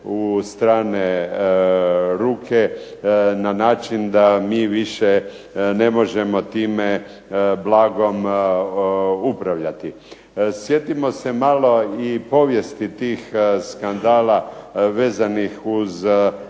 u strane ruke, na način da mi više ne možemo time blagom upravljati. Sjetimo se malo i povijesti tih skandala, vezanih uz